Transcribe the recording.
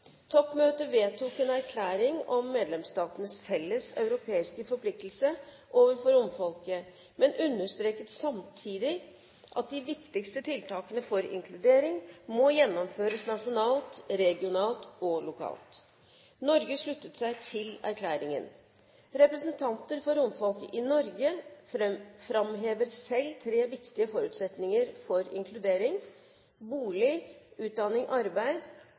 Toppmøtet, der Norge deltok, vedtok en erklæring om medlemsstatenes felles europeiske forpliktelse overfor romfolket, men understreket samtidig at de viktigste tiltakene for inkludering må gjennomføres nasjonalt, regionalt og lokalt. Norge sluttet seg til den erklæringen. Romfolket utgjør anslagsvis 12 millioner av Europas rundt 730 millioner innbyggere. I